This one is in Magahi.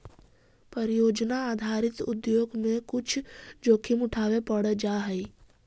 परियोजना आधारित उद्योग में कुछ जोखिम उठावे पड़ जा हई